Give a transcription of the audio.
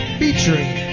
featuring